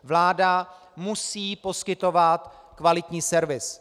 Vláda musí poskytovat kvalitní servis.